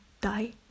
die